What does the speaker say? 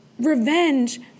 Revenge